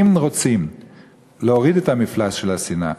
אם רוצים להוריד את מפלס השנאה,